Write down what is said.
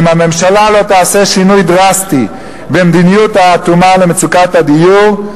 ואם הממשלה לא תעשה שינוי דרסטי במדיניות האטומה למצוקת הדיור,